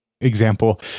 example